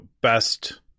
best